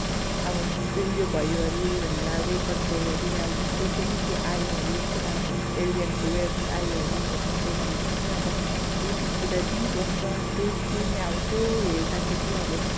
अब त्यस्तै उयो भयो अरे भनेर अब रेकर्ड भयो अरे अब जस्तै कोनि के आयो अरे के त अब एलियनको वेब्स आयो अरे हो त्यस्तो भनेर चाहिँ अब युट्युबतिर दिइबस्छ त्यसले नै अब त्यो हेर्दाखेरि अब